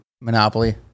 Monopoly